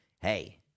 Hey